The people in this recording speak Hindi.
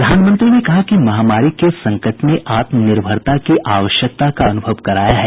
प्रधानमंत्री ने कहा कि महामारी के संकट ने आत्मनिर्भरता की आवश्यकता का अनुभव कराया है